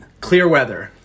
Clearweather